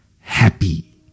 happy